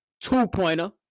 two-pointer